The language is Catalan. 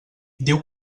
diu